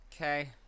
Okay